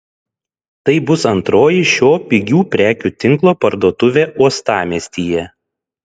tai bus antroji šio pigių prekių tinklo parduotuvė uostamiestyje